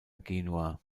genua